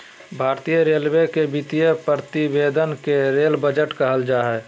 भारतीय रेलवे के वित्तीय प्रतिवेदन के रेल बजट कहल जा हइ